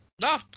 No